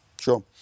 Sure